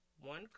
one